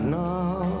now